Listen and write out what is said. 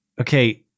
Okay